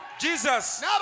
Jesus